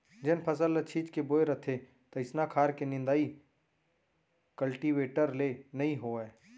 जेन फसल ल छीच के बोए रथें तइसना खार के निंदाइ कल्टीवेटर ले नइ होवय